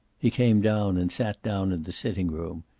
he came down, and sat down in the sitting-room.